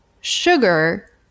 sugar